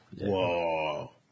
whoa